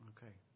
Okay